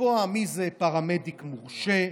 לקבוע מי זה פרמדיק מורשה,